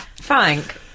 Frank